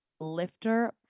lifter